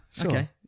Okay